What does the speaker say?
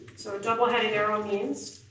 so a double-headed arrow means